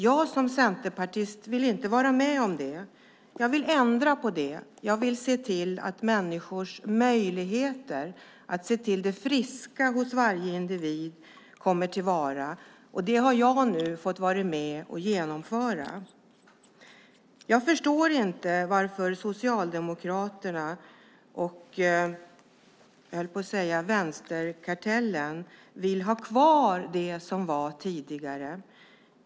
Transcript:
Jag som centerpartist vill inte vara med om det. Jag vill ändra på det. Jag vill se till att människors möjligheter och det friska hos varje individ tas till vara. Det har jag nu fått vara med om att genomföra. Jag förstår inte varför Socialdemokraterna och, höll jag på att säga, vänsterkartellen vill ha kvar det som var tidigare.